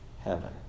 heaven